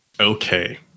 Okay